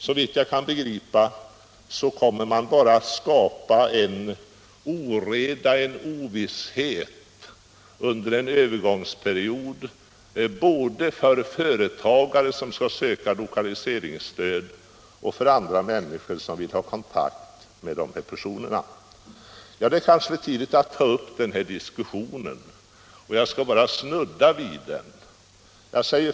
Såvitt jag kan begripa kommer man bara att skapa en oreda och en ovisshet under en övergångsperiod, både för företagare som skall söka lokaliseringsstöd och för andra människor som vill ha kontakt med de här personerna. Det är kanske för tidigt att ta upp den här diskussionen och jag skall bara snudda vid den.